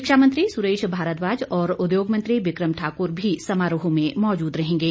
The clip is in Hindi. शिक्षा मंत्री सुरेश भारद्वाज और उद्योग मंत्री बिक्रम ठाकुर भी समारोह में मौजूद रहेंगे